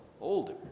older